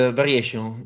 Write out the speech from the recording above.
variation